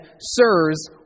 Sirs